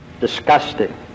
Disgusting